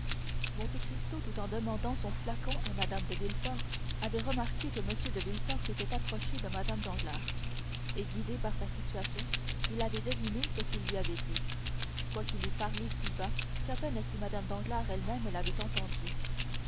passait monte cristo tout en demandant son flacon à mme de villefort avait remarqué que m de villefort s'était approché de mme danglars et guidé par sa situation il avait deviné ce qu'il lui avait dit quoiqu'il eût parlé si bas qu'à peine si mme danglars elle-même l'avait entendu